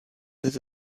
this